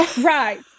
Right